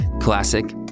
classic